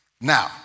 Now